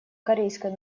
корейской